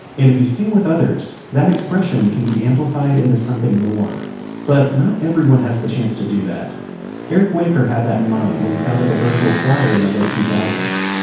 and if you sing with others, that expression can be amplified into something more but not everyone has the chance to do that eric whitacre had that in mind when he founded the virtual choir in the late two thousand